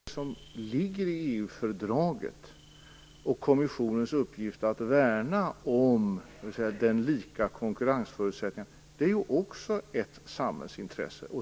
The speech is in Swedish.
Fru talman! Talmannen var vänlig nog att inbjuda till ytterligare en replikomgång. Jag kan se det som Maud Ekendahl nämner som ett samhällsintresse. Det ser vi väl alla här i kammaren. Men det som ligger i EU-fördraget och kommissionens uppgift, nämligen att värna om lika konkurrensförutsättningar, är ju också ett samhällsintresse.